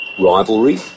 rivalry